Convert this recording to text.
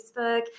Facebook